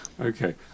Okay